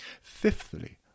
Fifthly